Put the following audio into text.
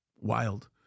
wild